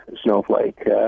Snowflake